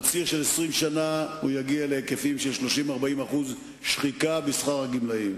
על ציר של 20 שנה הוא יגיע להיקפים של 30% 40% שחיקה בשכר הגמלאים.